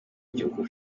gihugu